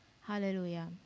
Hallelujah